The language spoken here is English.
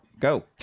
Go